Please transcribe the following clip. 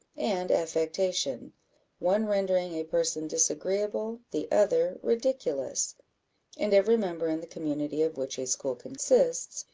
and affectation one rendering a person disagreeable, the other ridiculous and every member in the community of which a school consists,